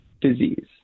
disease